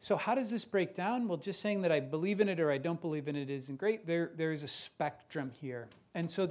so how does this breakdown will just saying that i believe in it or i don't believe in it isn't great there's a spectrum here and so